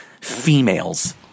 females